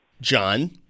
John